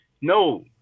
no